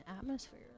atmosphere